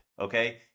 okay